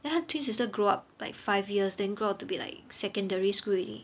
then 他的 twin sister grow up like five years then grow up to be like secondary school already